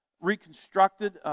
reconstructed